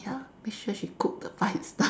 ya make sure she cook the five star